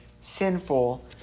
sinful